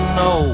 no